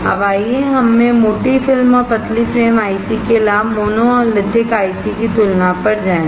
अब आइए हम मोटी फिल्म और पतली फ्रेम आईसी के लाभ मोनोलिथिक आईसी की तुलना पर जाएं